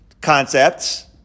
concepts